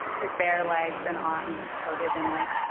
his bare legs and arms coated in it.